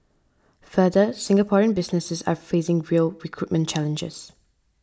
further Singaporean businesses are facing real recruitment challenges